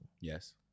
Yes